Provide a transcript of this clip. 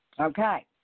Okay